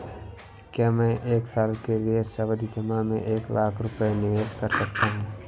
क्या मैं एक साल के लिए सावधि जमा में एक लाख रुपये निवेश कर सकता हूँ?